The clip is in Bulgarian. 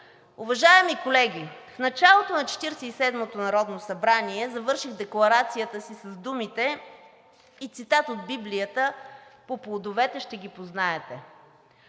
Уважаеми колеги, в началото на Четиридесет и седмото народно събрание завърших декларацията си с думите и цитат от Библията – „По плодовете ще ги познаете“.